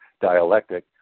dialectic